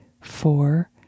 four